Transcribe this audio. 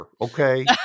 Okay